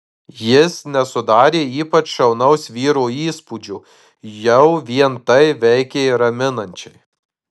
jis nesudarė ypač šaunaus vyro įspūdžio jau vien tai veikė raminančiai